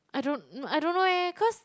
I don't I don't know eh cause